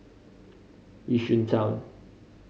Yishun Town